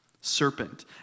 serpent